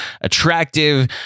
attractive